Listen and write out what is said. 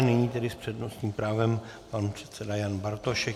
Nyní tedy s přednostním právem pan předseda Jan Bartošek.